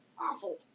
awful